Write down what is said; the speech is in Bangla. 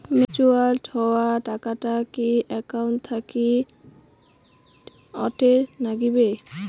ম্যাচিওরড হওয়া টাকাটা কি একাউন্ট থাকি অটের নাগিবে?